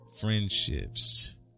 friendships